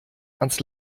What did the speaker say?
ans